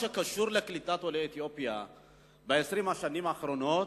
אני חושב שבכל מה שקשור לקליטת עולי אתיופיה ב-20 השנים האחרונות,